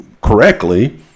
correctly